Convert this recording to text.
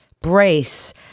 brace